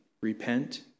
Repent